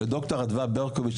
לדוקטור אדווה ברקוביץ,